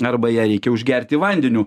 arba ją reikia užgerti vandeniu